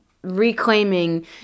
reclaiming